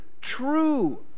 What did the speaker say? true